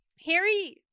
Harry